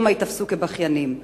שמא ייתפסו כבכיינים.